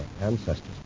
ancestors